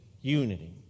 unity